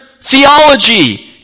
theology